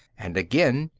and again,